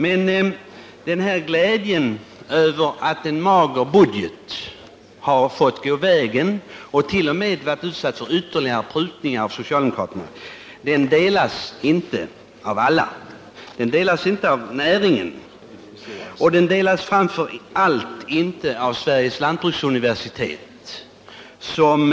Men denna glädje över att en mager budget har fått gå vägen och t.o.m. varit utsatt för ytterligare prutningar av socialdemokraterna, den delas inte av alla. Den delas inte av näringen, och den delas framför allt inte av Sveriges lantbruksuniversitet, som